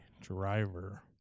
driver